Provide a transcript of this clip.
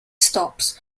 stops